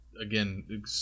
Again